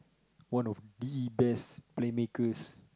one the best Playmakers